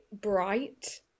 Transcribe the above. bright